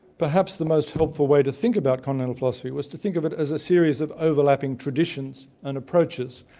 perhaps the most helpful way to think about continental philosophy was to think of it as a series of overlapping traditions and approaches,